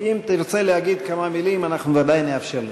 אם תרצה להגיד כמה מילים אנחנו ודאי נאפשר לך.